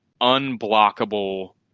unblockable